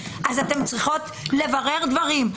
אתן צריכות לברר דברים,